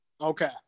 Okay